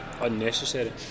unnecessary